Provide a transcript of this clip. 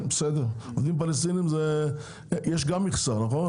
יש גם מכסה לעובדים פלסטינים, נכון?